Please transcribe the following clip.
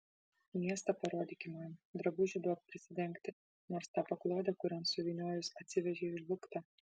miestą parodyki man drabužį duok prisidengti nors tą paklodę kurion suvyniojus atsivežei žlugtą